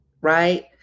right